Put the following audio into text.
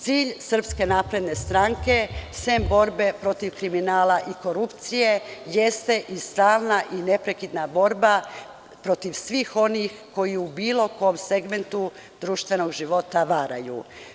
Cilj SNS sem borbe protiv kriminala i korupcije jeste i stalna i neprekidna borba protiv svih onih koji u bilo kom segmentu društvenog života varaju.